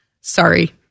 Sorry